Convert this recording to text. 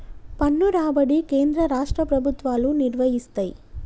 పన్ను రాబడి కేంద్ర రాష్ట్ర ప్రభుత్వాలు నిర్వయిస్తయ్